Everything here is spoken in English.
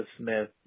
Smith